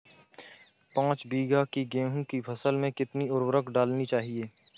पाँच बीघा की गेहूँ की फसल में कितनी उर्वरक डालनी चाहिए?